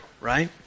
right